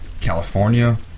California